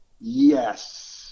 Yes